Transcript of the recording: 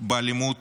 באלימות